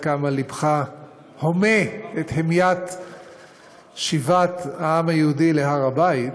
כמה לבך הומה את המיית שיבת העם היהודי להר הבית,